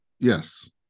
Yes